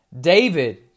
David